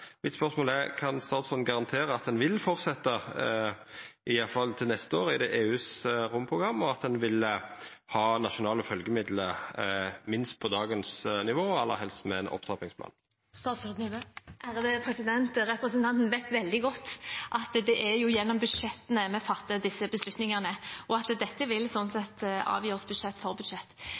er: Kan statsråden garantera at ein vil fortsetja, iallfall til neste år, i EUs romprogram og at ein vil ha nasjonale følgjemidlar minst på dagens nivå og aller helst med ein opptrappingsplan ? Representanten vet veldig godt at det er gjennom budsjettene vi fatter disse beslutningene, og at dette sånn sett vil avgjøres budsjett for budsjett.